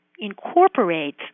incorporates